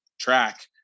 track